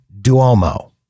Duomo